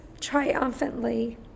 triumphantly